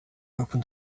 open